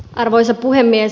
arvoisa puhemies